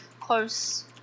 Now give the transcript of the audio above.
close